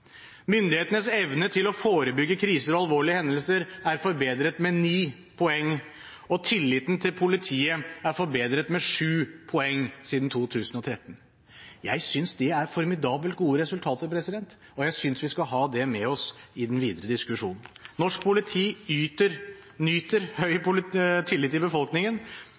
Myndighetenes evne til å forebygge kriser og alvorlige hendelser er forbedret med 9 poeng, og tilliten til politiet er forbedret med 7 poeng siden 2013. Jeg synes det er formidabelt gode resultater, og jeg synes vi skal ha det med oss i den videre diskusjonen. Norsk politi nyter høy tillit i befolkningen,